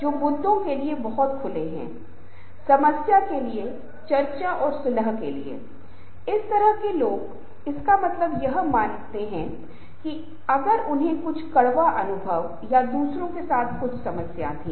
ego से मुक्त लोगों को विचारों और विचारों को साझा करने और लक्ष्य को प्राप्त करने के लिए हमेशा बहुत उत्साह रखने वाला समूह का होना आवश्यक है और ये सभी कई अन्य कारकों के साथ संभव है